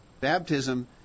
baptism